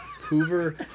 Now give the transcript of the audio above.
Hoover